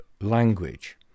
language